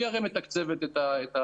היא הרי מתקצבת את הקבוצות.